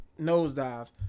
nosedive